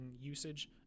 usage